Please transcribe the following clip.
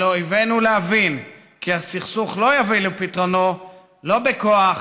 על אויבינו להבין כי הסכסוך לא יבוא לפתרונו בכוח,